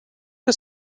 que